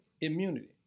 immunity